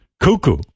cuckoo